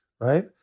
right